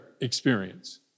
experience